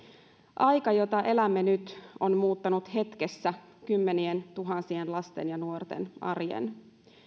aika jota elämme nyt on muuttanut hetkessä kymmenientuhansien lasten ja nuorten arjen